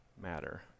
matter